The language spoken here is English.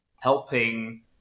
helping